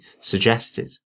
suggested